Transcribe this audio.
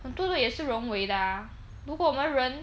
很多的也是人为的 ah 如果我们人